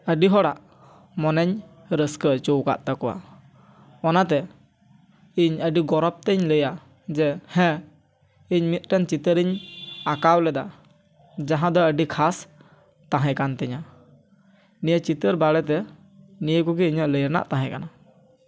ᱟᱹᱰᱤ ᱦᱚᱲᱟᱜ ᱢᱚᱱᱮᱧ ᱨᱟᱹᱥᱠᱟᱹ ᱚᱪᱚᱣᱟᱠᱟᱫ ᱛᱟᱠᱚᱣᱟ ᱚᱱᱟᱛᱮ ᱤᱧ ᱟᱹᱰᱤ ᱜᱚᱨᱚᱵᱽ ᱛᱮᱧ ᱞᱟᱹᱭᱟ ᱡᱮ ᱦᱮᱸ ᱤᱧ ᱢᱤᱫᱴᱮᱱ ᱪᱤᱛᱟᱹᱨᱤᱧ ᱟᱸᱠᱟᱣ ᱞᱮᱫᱟ ᱡᱟᱦᱟᱸ ᱫᱚ ᱟᱹᱰᱤ ᱠᱷᱟᱥ ᱛᱟᱦᱮᱸ ᱠᱟᱱ ᱛᱤᱧᱟᱹ ᱱᱤᱭᱟᱹ ᱪᱤᱛᱟᱹᱨ ᱵᱟᱨᱮ ᱛᱮ ᱱᱤᱭᱟᱹ ᱠᱚᱜᱮ ᱤᱧᱟᱹᱜ ᱞᱟᱹᱭ ᱨᱮᱱᱟᱜ ᱛᱟᱦᱮᱸ ᱠᱟᱱᱟ